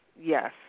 yes